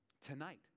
Tonight